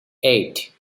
eight